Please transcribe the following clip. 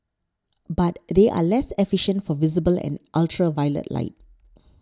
but they are less efficient for visible and ultraviolet light